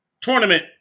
tournament